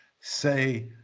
say